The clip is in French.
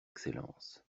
excellence